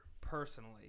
personally